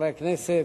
חברי הכנסת,